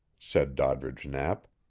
said doddridge knapp.